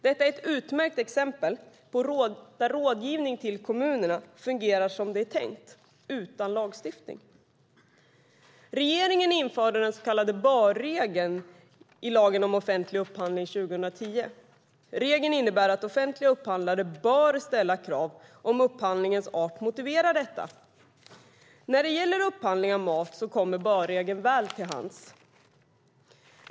Detta är ett utmärkt exempel där rådgivning till kommunerna fungerar som det är tänkt utan lagstiftning. Regeringen införde den så kallade bör-regeln i lagen om offentlig upphandling 2010. Regeln innebär att offentliga upphandlare bör ställa krav om upphandlingens art motiverar detta. När det gäller upphandling av mat kommer bör-regeln väl till hands.